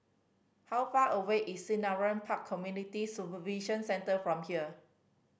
how far away is Selarang Park Community Supervision Centre from here